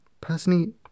personally